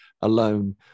alone